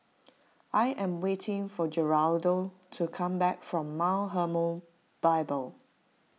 I am waiting for Geraldo to come back from Mount Hermon Bible